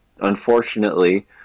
unfortunately